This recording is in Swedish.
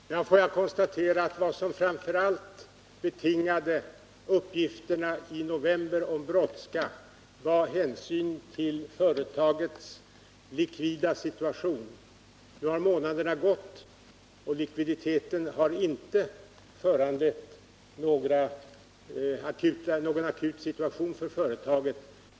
Herr talman! Får jag konstatera att vad som framför allt betingade uppgifterna i november om brådska var hänsyn till företagets likvida situation. Nu har månaderna gått, och likviditeten har inte föranlett någon akut situation för företaget.